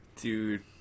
Dude